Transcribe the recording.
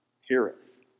heareth